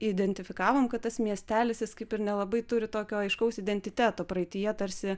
identifikavom kad tas miestelis jis kaip ir nelabai turi tokio aiškaus identiteto praeityje tarsi